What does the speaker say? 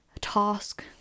task